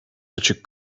açık